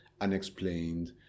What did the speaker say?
unexplained